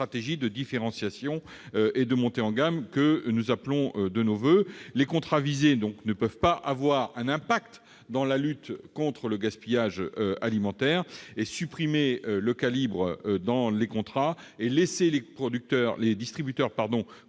de différenciation et de montée en gamme que nous appelons de nos voeux. Par ailleurs, les contrats visés ne peuvent pas avoir d'incidence dans la lutte contre le gaspillage alimentaire. Enfin, supprimer le calibre dans les contrats et laisser les distributeurs